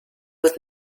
with